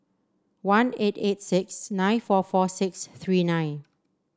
one eight eight six nine four four six three nine